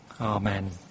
Amen